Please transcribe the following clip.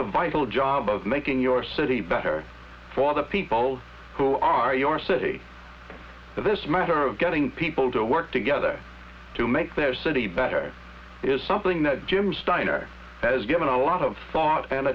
the vital job of making your city better for the people who are your city so this matter of getting people to work together to make their city better is something that jim steiner has given a lot of thought and